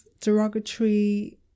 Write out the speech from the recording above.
derogatory